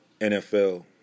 NFL